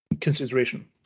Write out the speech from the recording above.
consideration